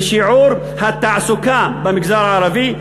ושיעור התעסוקה במגזר הערבי.